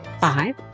five